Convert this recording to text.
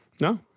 No